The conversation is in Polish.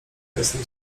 jestem